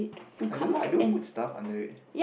I don't I don't put stuff under it